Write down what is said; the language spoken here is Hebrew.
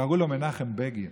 קראו לו מנחם בגין.